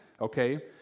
okay